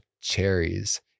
cherries